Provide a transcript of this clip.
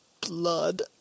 blood